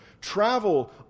travel